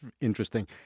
interesting